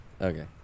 okay